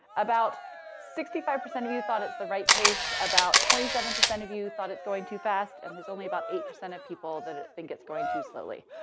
about sixty five percent of you thought it's the right pace, about twenty seven percent of you thought it's going too fast, and there's only about eight percent of people that think it's going too slowly.